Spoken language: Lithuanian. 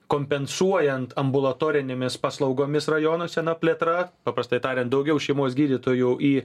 kompensuojant ambulatorinėmis paslaugomis rajono sena plėtra paprastai tariant daugiau šeimos gydytojų į